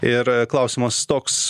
ir klausimas toks